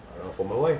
ah for my wife